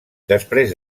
després